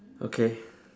okay